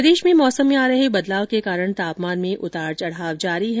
प्रदेश में मौसम में आ रहे बदलाव के कारण तापमान में उतार चढ़ाव का दौर जारी है